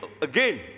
again